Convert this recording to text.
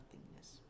nothingness